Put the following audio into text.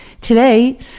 Today